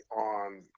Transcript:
on